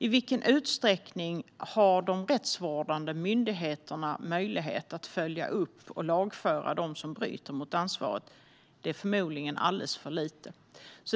I vilken utsträckning har de rättsvårdande myndigheterna möjlighet att följa upp och lagföra dem som bryter mot ansvaret? Det är förmodligen alldeles för lite.